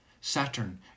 Saturn